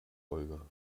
olga